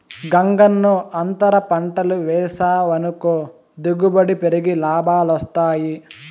గంగన్నో, అంతర పంటలు వేసావనుకో దిగుబడి పెరిగి లాభాలొస్తాయి